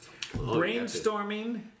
Brainstorming